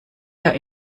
der